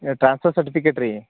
transfer ಸರ್ಟಿಫಿಕೇಟ್ರಿ